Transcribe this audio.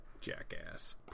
jackass